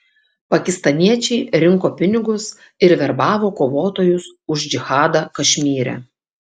pakistaniečiai rinko pinigus ir verbavo kovotojus už džihadą kašmyre